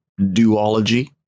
duology